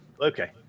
Okay